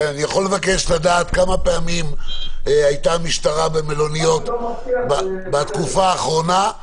אני יכול לבקש לדעת כמה פעמים הייתה משטרה במלוניות בתקופה האחרונה,